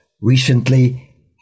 recently